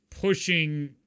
pushing